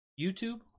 YouTube